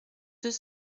deux